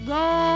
go